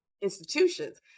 institutions